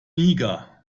niger